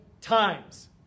times